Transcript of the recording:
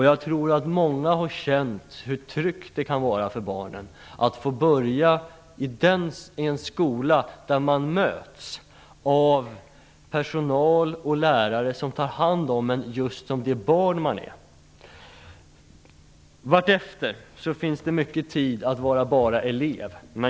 Jag tror att många har känt hur tryggt det kan vara för barnen att få börja i en skola där de möts av personal och lärare som tar hand om dem just som de barn de är. Vartefter finns det mycket tid att vara bara elev.